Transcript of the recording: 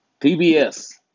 PBS